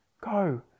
go